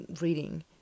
reading